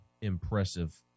impressive